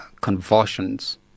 convulsions